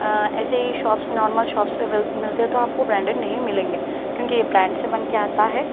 ایسے ہی shops normal shops پہ ملتے ہو تو آپ کو برانڈیڈ نہیں ملیں گے کیونکہ یہ برینڈ سے بن کے آتا ہے